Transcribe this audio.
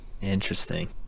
Interesting